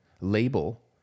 label